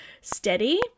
steady